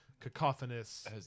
cacophonous